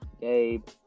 Gabe